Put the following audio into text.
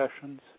sessions